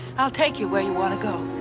i'll take you where you want to go.